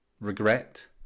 regret